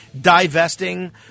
divesting –